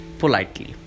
politely।